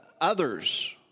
others